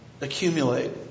accumulate